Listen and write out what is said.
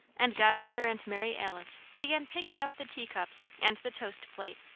and godmother and mary alice began picking up the teacups and the toast plate,